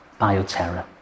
Bioterror